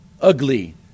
ugly